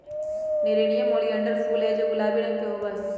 nerium oleander फूल हैं जो गुलाबी रंग के होबा हई